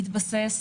התבסס